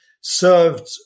served